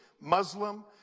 muslim